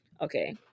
okay